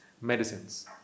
Medicines